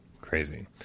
Crazy